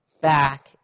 back